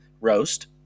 roast